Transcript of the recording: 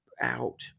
out